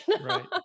Right